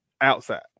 outside